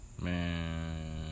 Man